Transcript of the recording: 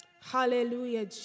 Hallelujah